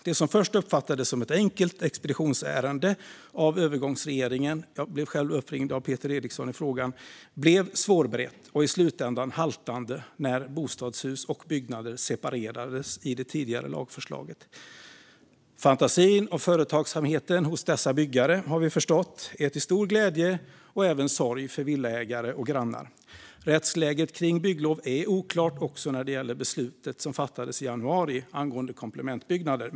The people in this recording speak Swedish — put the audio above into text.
Det som först uppfattades som ett enkelt expeditionsärende av övergångsregeringen blev svårberett och i slutändan haltande när bostadshus och byggnader separerades i det tidigare lagförslaget - jag blev själv uppringd av Peter Eriksson i frågan. Fantasin och företagsamheten hos dessa byggare är, har vi förstått, till stor glädje och även sorg för villaägare och grannar. Rättsläget kring bygglov är oklart också när det gäller det beslut som fattades i januari angående komplementbyggnader.